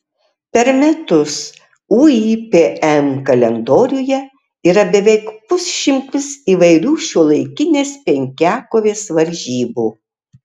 per metus uipm kalendoriuje yra beveik pusšimtis įvairių šiuolaikinės penkiakovės varžybų